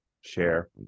share